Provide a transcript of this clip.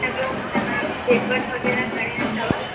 ऐं ॿियो इन वेफर्स वग़ैरह घणे अथव